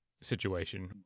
situation